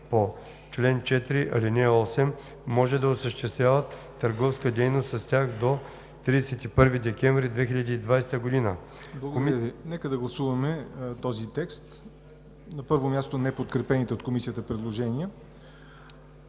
по чл. 4, ал. 8, може да осъществяват търговска дейност с тях до 31 декември 2020 г.“ ПРЕДСЕДАТЕЛ ЯВОР НОТЕВ: Нека да гласуваме този текст. На първо място – неподкрепените от Комисията предложения.